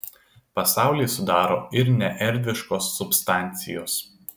pasaulį sudaro ir neerdviškos substancijos